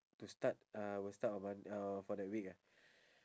to start uh will start on mon~ uh for that week ah